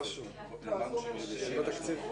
אני בעצם חושב שמה שאנחנו עושים,